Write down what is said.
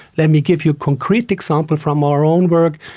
let me give you a concrete example from our own work.